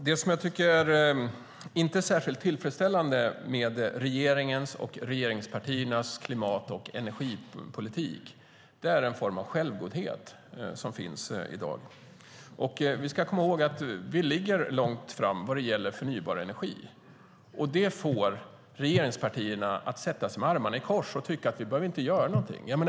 Fru talman! Det som jag inte tycker är särskilt tillfredsställande med regeringens och regeringspartiernas klimat och energipolitik är den form av självgodhet som finns i dag. Vi ska komma ihåg att vi ligger långt fram vad gäller förnybar energi. Det får regeringspartierna att sätta sig med armarna i kors och tycka att vi inte behöver göra någonting.